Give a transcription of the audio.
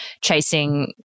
Chasing